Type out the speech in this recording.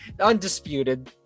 undisputed